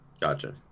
Gotcha